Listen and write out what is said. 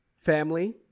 family